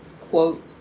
quote